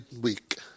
week